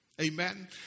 Amen